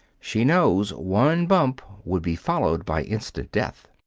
she knows one bump would be followed by instant death.